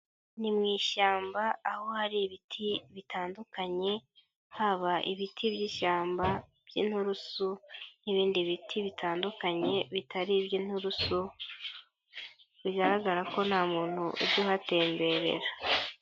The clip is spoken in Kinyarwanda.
Ni mu ishyamba aho hari ibiti bitandukanye, haba ibiti by'ishyamba, iby'inturusu n'ibindi biti bitandukanye bitari iby'inturusu bigaragara ko nta muntu ujya uhatemberera.